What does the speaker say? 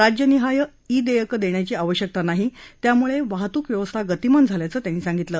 राज्य निहाय ई देयकं देण्याची आवश्यकता नाही त्यामुळे वाहतूक व्यवस्था गतिमान झाल्याचही त्यांनी सांगितलं